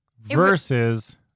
Versus